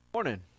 morning